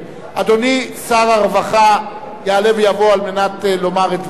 אדוני שר הרווחה יעלה ויבוא על מנת לומר את דברו,